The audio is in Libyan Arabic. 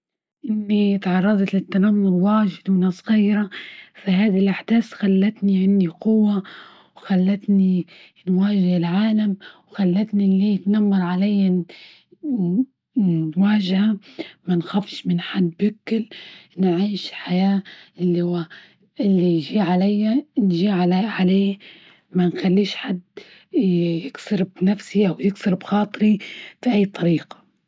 إني تعرظت للتنمر واجد وانا صغيرة، فهذي الأحداث خلتني إني قوة، وخلتني نواجه العالم، وخلتني اللي يتنمر علي نواجهة ما نخافش من حد، بكل نعيش حياة اللي هو -اللي جه عليه ما نخليش حد يكسر بنفسي، أو يكسر بخاطري بأي طريقة.